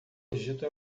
egito